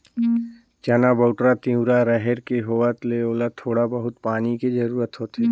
चना, बउटरा, तिंवरा, रहेर के होवत ले ओला थोड़ा बहुत पानी के जरूरत होथे